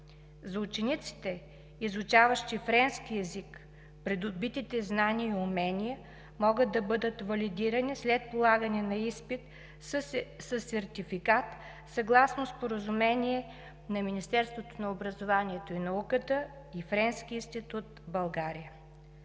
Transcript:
За учениците, изучаващи френски език, придобитите знания и умения могат да бъдат валидирани след полагане на изпит със сертификат съгласно споразумение на Министерството на образованието и науката и Френския институт в България.